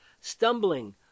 stumbling